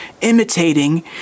imitating